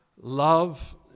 love